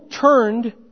turned